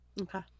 Okay